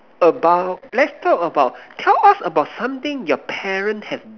about let's talk about tell us about something your parents have